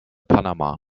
panama